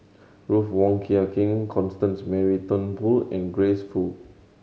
Ruth Wong Hie King Constance Mary Turnbull and Grace Fu